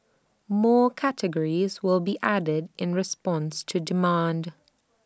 more categories will be added in response to demand